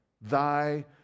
thy